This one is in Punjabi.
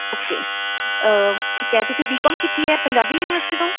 ਓਕੇ ਠੀਕ ਹੈ ਤੁਸੀਂ ਬੀ ਕੌਮ ਕੀਤੀ ਹੈ ਪੰਜਾਬੀ ਯੂਨੀਵਰਸਿਟੀ ਤੋਂ